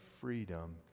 freedom